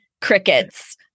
crickets